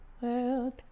world